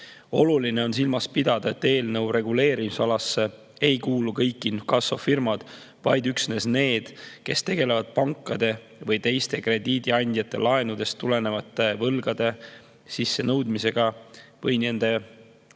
Oluline on silmas pidada, et eelnõu reguleerimisalasse ei kuulu kõik inkassofirmad, vaid üksnes need, kes tegelevad pankade või teiste krediidiandjate laenudest tulenevate võlgade sissenõudmisega või nende